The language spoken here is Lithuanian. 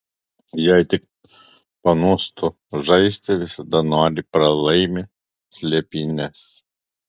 jei tik panūstu žaisti visada noriai pralaimi slėpynes